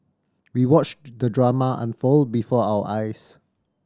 we watched the drama unfold before our eyes